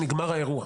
נגמר האירוע.